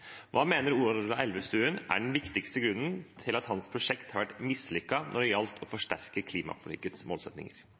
Hva mener Ola Elvestuen er den viktigste grunnen til at hans prosjekt har vært mislykket når det gjelder å forsterke klimaforlikets målsettinger?